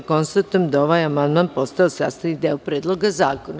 Konstatujem da je ovaj amandman postao sastavni deo Predloga zakona.